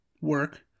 work